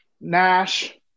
Nash